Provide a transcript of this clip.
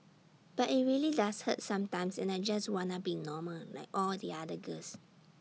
but IT really does hurt sometimes and I just wanna be normal like all the other girls